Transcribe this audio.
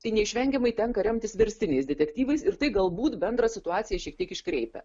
tai neišvengiamai tenka remtis verstiniais detektyvais ir tai galbūt bendrą situaciją šiek tiek iškreipia